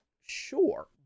sure